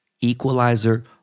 Equalizer